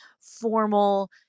formal